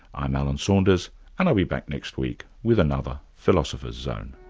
i'm alan saunders and i'll be back next week with another philosopher's zone